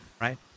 right